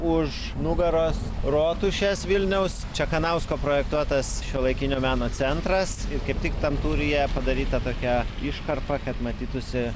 už nugaros rotušės vilniaus čekanausko projektuotas šiuolaikinio meno centras ir kaip tik tam tūryje padaryta tokia iškarpa kad matytųsi